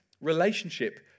relationship